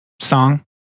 song